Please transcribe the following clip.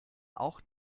auch